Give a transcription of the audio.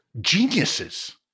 geniuses